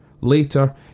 Later